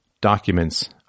documents